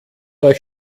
euch